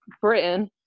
Britain